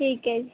ਠੀਕ ਹੈ ਜੀ